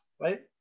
right